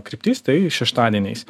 kryptis tai šeštadieniais